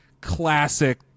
Classic